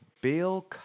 Bill